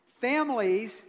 families